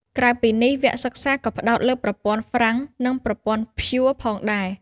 ក្រៅពីនេះ វគ្គសិក្សាក៏ផ្តោតលើប្រព័ន្ធហ្វ្រាំងនិងប្រព័ន្ធព្យួរផងដែរ។